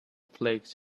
flakes